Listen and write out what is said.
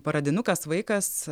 pradinukas vaikas